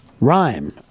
Rhyme